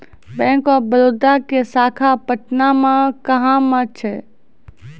Bank of Baroda के शाखा पटना मे कहां मे छै?